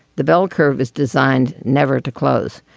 the bell curve is designed never to close.